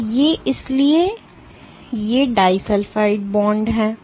और ये इसलिए ये डिसल्फाइड बॉन्ड हैं